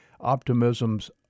Optimism's